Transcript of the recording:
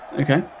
Okay